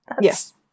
Yes